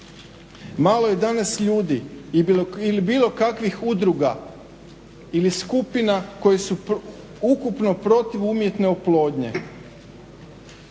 Malo je danas ljudi ili bilo kakvih udruga ili skupina koji su ukupno protiv umjetne oplodnje,